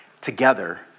together